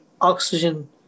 oxygen